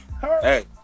Hey